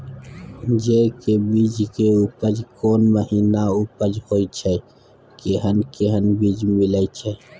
जेय के बीज के उपज कोन महीना उपज होय छै कैहन कैहन बीज मिलय छै?